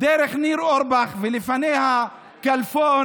דרך ניר אורבך ולפניה כלפון,